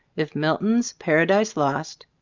if milton's paradise lost,